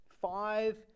five